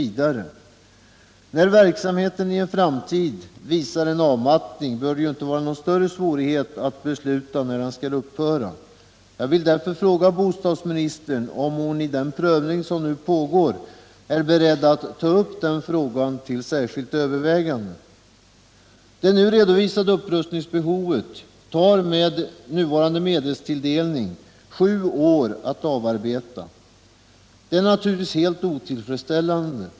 Då Måndagen den verksamheten i en framtid visar en avmattning bör det inte vara någon större 13 februari 1978 svårighet att besluta när bidragen skall upphöra. Jag vill därför fråga bostadsministern om hon i den prövning som nu pågår är beredd att ta upp den frågan till särskilt övervägande. Det nu redovisade upprustningsbehovet tar med nuvarande medelstilldelning sju år att avarbeta. Detta är naturligtvis helt otillfredsställande.